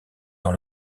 dans